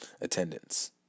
attendance